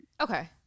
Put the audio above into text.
Okay